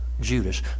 Judas